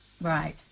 Right